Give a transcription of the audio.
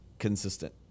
consistent